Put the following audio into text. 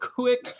quick